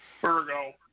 Virgo